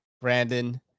Brandon